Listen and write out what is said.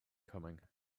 coming